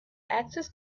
axis